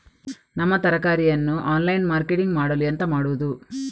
ನಮ್ಮ ತರಕಾರಿಯನ್ನು online marketing ಮಾಡಲು ಎಂತ ಮಾಡುದು?